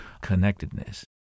connectedness